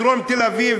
מדרום תל-אביב,